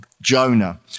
Jonah